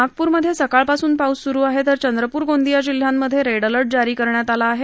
नागप्रमध्ये सकाळपासून पाऊस स्रू आहे तर चंद्रप्र गोंदिया जिल्ह्यांमध्ये रेड अलर्ट जारी करण्यात आला आहे